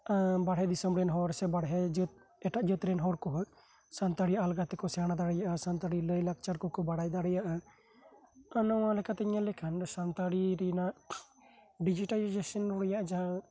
ᱵᱟᱨᱦᱮ ᱫᱤᱥᱚᱢ ᱨᱮᱱ ᱦᱚᱲ ᱥᱮ ᱮᱴᱟᱜ ᱡᱟᱹᱛ ᱨᱮᱱ ᱦᱚᱲ ᱠᱚᱦᱚᱸ ᱥᱟᱱᱛᱟᱲᱤ ᱟᱞᱜᱟ ᱛᱮᱠᱚ ᱥᱮᱬᱟ ᱫᱟᱲᱮᱭᱟᱜᱼᱟ ᱥᱟᱱᱛᱟᱲᱤ ᱞᱟᱹᱭ ᱞᱟᱠᱴᱟᱨ ᱠᱚᱠᱚ ᱵᱟᱲᱟᱭ ᱫᱟᱲᱮᱭᱟᱜᱼᱟ ᱚᱱᱟ ᱞᱮᱠᱟᱛᱮ ᱧᱮᱞ ᱞᱮᱠᱷᱟᱱ ᱥᱟᱱᱛᱟᱲᱤ ᱨᱮᱭᱟᱜ ᱰᱤᱡᱤᱴᱮᱞᱟᱭᱡᱮᱥᱚᱱ ᱨᱮᱭᱟᱜ ᱡᱟᱦᱟᱸ